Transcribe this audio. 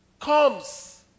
comes